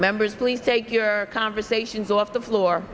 members please take your conversations off the floor